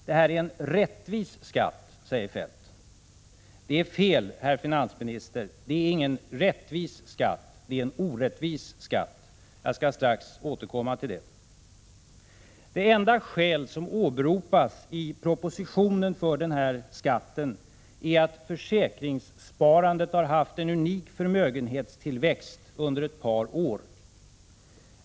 Det här är en rättvis skatt, säger Feldt. Det är fel, herr finansminister. Det är ingen rättvis skatt. Det är en orättvis skatt. Jag skall strax återkomma till det. Det enda skäl som åberopas för den här skatten i den nu framlagda propositionen är att försäkringssparandet har haft en unik förmögenhetstillväxt under ett par år.